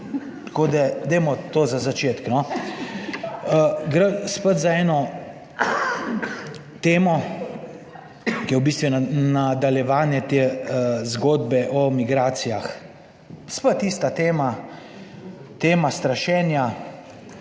Tako da dajmo to za začetek. Gre spet za eno temo, ki je v bistvu nadaljevanje te zgodbe o migracijah. Spet tista tema, tema strašenja